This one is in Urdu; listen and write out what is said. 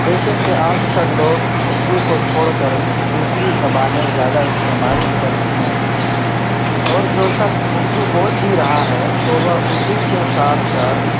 جیسے کہ آج کل لوگ اردو کو چھوڑ کر کے دوسری زبانیں زیادہ استعمال کر رہے ہیں اور جو شخص اردو بول بھی رہا ہے تو وہ اردو کے ساتھ ساتھ